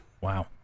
wow